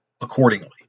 accordingly